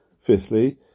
Fifthly